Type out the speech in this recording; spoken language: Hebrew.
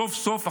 סוף-סוף,